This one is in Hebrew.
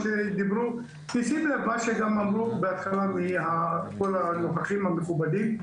שים לב למה שאמרו בהתחלה הנוכחים המכובדים,